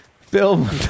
film